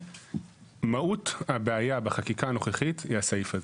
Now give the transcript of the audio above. מהות הבעיה בחקיקה הנוכחית היא הסעיף הזה.